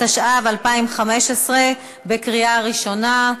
התשע"ו 2016, קריאה ראשונה.